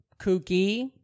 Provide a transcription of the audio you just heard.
kooky